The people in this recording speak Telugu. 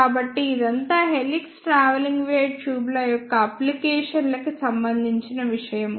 కాబట్టి ఇదంతా హెలిక్స్ ట్రావెలింగ్ వేవ్ ట్యూబ్ల యొక్క అప్లికేషన్ లకి సంబంధించిన విషయము